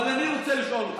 אבל אני רוצה לשאול אותך,